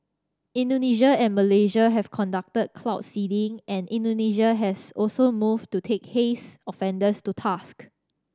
Indonesia and Malaysia have conducted cloud seeding and Indonesia has also moved to take haze offenders to task